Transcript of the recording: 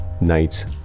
nights